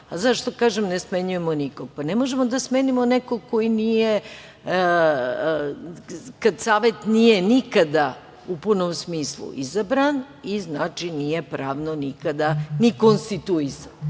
tako.Zašto kažem ne smenjujemo nikog? Ne možemo da smenimo nekog kad savet nije nikada u punom smislu izabran i znači nije pravno nikada ni konstituisan